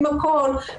אם לא הצלחנו,